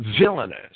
villainous